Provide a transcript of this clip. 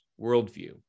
worldview